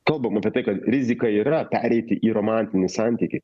kalbam apie tai kad rizika yra pereiti į romantinį santykį